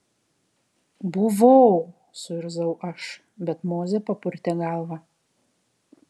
buvau suirzau aš bet mozė papurtė galvą